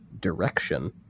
direction